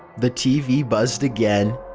the tv buzzed again.